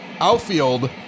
Outfield